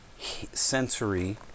sensory